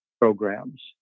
programs